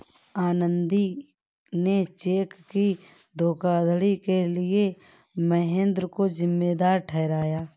आनंदी ने चेक की धोखाधड़ी के लिए महेंद्र को जिम्मेदार ठहराया